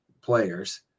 players